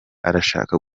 arashaka